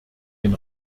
den